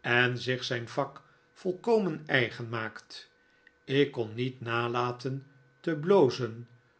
en zich zijn vak yolkomen eigen maakt ik kon niet nalaten te blozen